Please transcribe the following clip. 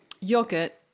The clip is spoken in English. yogurt